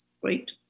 great